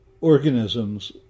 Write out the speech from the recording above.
organisms